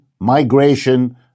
migration